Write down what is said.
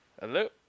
Hello